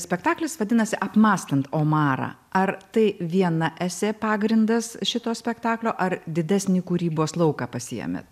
spektaklis vadinasi apmąstant omarą ar tai viena esė pagrindas šito spektaklio ar didesnį kūrybos lauką pasiėmėt